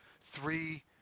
three